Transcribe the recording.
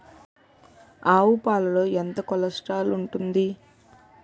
ఆవు పాలలో ఎంత కొలెస్ట్రాల్ ఉంటుంది?